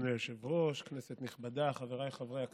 אדוני היושב-ראש, כנסת נכבדה, חבריי חברי הכנסת,